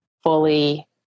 fully